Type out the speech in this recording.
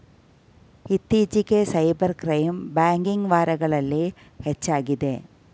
ಇತ್ತೀಚಿಗೆ cyber crime banking ವಾರಗಳಲ್ಲಿ ಹೆಚ್ಚಾಗಿದೆ